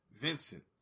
Vincent